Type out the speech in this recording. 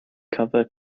cover